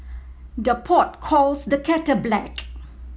the pot calls the kettle black